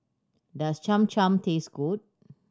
does Cham Cham taste good